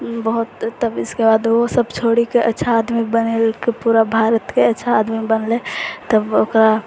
बहुत तब इसके बाद ओहो सब छोड़िकऽ अच्छा आदमी बनिकऽ पूरा भारतके अच्छा आदमी बनलै तब ओकरा